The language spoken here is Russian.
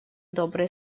добрые